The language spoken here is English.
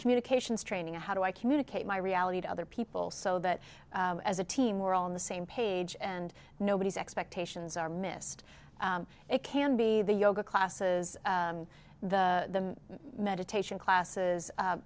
communications training how do i communicate my reality to other people so that as a team we're all in the same page and nobody's expectations are missed it can be the yoga classes the meditation classes